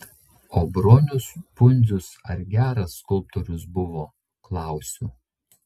o bronius pundzius ar geras skulptorius buvo klausiu